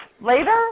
later